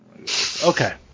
Okay